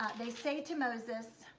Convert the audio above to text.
they say to moses,